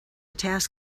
task